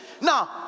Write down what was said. Now